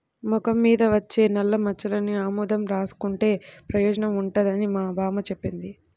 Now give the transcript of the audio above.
మొఖం మీద వచ్చే నల్లమచ్చలకి ఆముదం రాసుకుంటే పెయోజనం ఉంటదని మా బామ్మ జెప్పింది